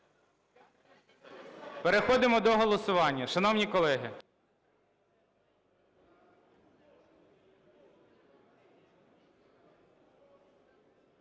Переходимо до голосування,